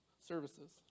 services